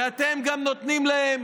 ואתם גם נותנים להם